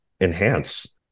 enhance